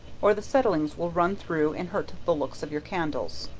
or the settlings will run through and hurt the looks of your candles.